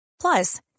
Plus